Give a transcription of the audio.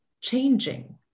changing